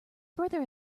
brother